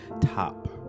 top